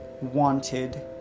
wanted